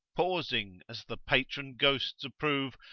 pausing as the patron-ghosts approve,